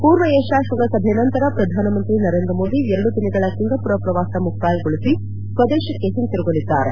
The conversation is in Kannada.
ಪೂರ್ವ ಏಷ್ಯಾ ಶೃಂಗಸಭೆ ನಂತರ ಪ್ರಧಾನಮಂತ್ರಿ ನರೇಂದ್ರ ಮೋದಿಯವರು ಎರಡು ದಿನಗಳ ಸಿಂಗಾಪುರ್ ಪ್ರವಾಸ ಮುಕ್ತಾಯಗೊಳಿಸಿ ಸ್ಸದೇಶಕ್ಕೆ ಹಿಂತಿರುಗಲಿದ್ದಾರೆ